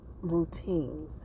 routine